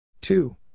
Two